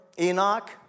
Enoch